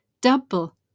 Double